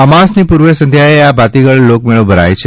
અમાસની પૂર્વ સંધ્યાએ આ ભાતીગળ લોકમેળો ભરાય છે